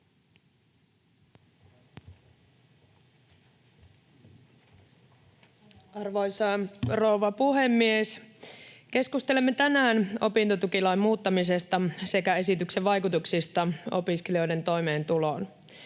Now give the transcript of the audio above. Arvoisa rouva puhemies! Keskustelemme tänään opintotukilain muuttamisesta sekä esityksen vaikutuksista opiskelijoiden toimeentuloon.